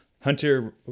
Hunter